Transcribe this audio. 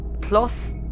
Plus